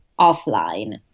offline